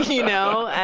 you know.